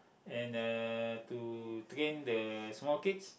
and uh to train the small kids